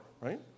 right